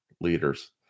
leaders